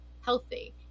healthy